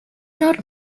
not